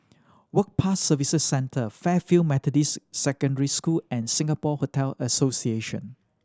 Work Pass Services Centre Fairfield Methodist Secondary School and Singapore Hotel Association